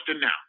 now